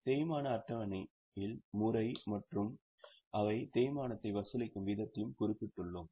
தேய்மான அட்டவணையில் முறை மற்றும் அவை தேய்மானத்தை வசூலிக்கும் வீதத்தையும் குறிப்பிட்டுள்ளோம்